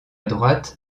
droite